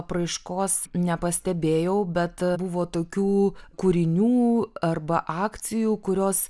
apraiškos nepastebėjau bet buvo tokių kūrinių arba akcijų kurios